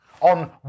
on